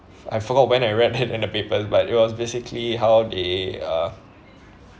I forgot when I read it in the papers but it was basically how they uh